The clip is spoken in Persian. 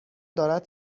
دارد